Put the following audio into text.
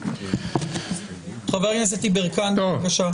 חבר הכנסת יברקן בבקשה.